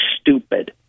stupid